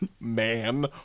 man